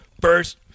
First